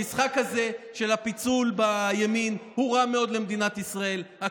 המשחק הזה של הפיצול בימין הוא רע מאוד למדינת ישראל.